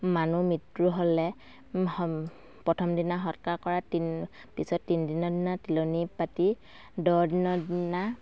মানুহ মৃত্যু হ'লে প্ৰথম দিনা সৎকাৰ কৰাৰ তিনি পিছত তিনি দিনৰ দিনা তিলনী পাতি দহ দিনৰ দিনা